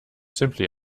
simply